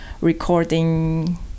recording